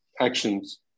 actions